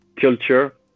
culture